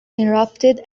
erupted